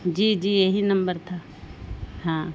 جی جی یہی نمبر تھا ہاں